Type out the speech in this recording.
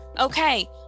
okay